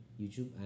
YouTube